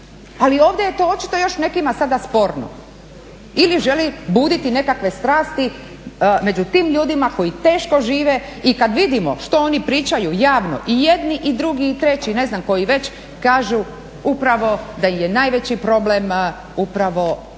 Ali ovdje je to očito još nekima sada sporno. Ili žele buditi nekakve strasti među tim koji teško žive i kad vidimo što oni pričaju javno i jedni i drugi i treći, ne znam koji već, kažu upravo, da im je najveći problem upravo